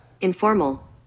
Informal